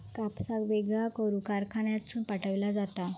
कापसाक वेगळा करून कारखान्यातसून पाठविला जाता